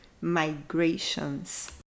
Migrations